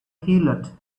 heelot